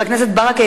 חבר הכנסת ברכה,